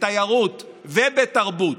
בתיירות ובתרבות?